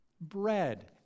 bread